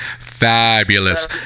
Fabulous